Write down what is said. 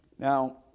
Now